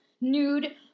nude